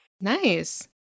Nice